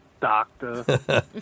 doctor